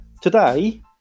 Today